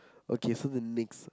okay so the next